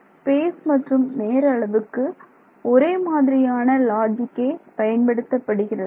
space மற்றும் நேர அளவுக்கு ஒரே மாதிரியான லாஜிக்கே பயன்படுத்தப்படுகிறது